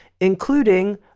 including